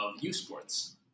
U-Sports